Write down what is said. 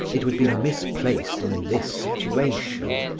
it would be misplaced in this situation.